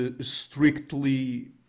strictly